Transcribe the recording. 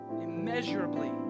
immeasurably